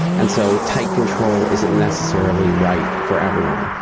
and so tight control isn't necessarily right for everyone.